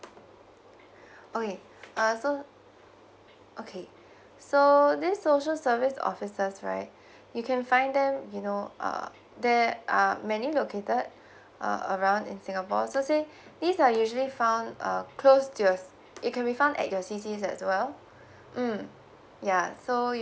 okay uh so okay so this social service offices right you can find them you know uh there are many located uh around in singapore so say these are usually found uh close to it can be found at your C_Cs as well mm ya so you